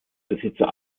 besitzer